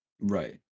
Right